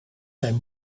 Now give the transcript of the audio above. zijn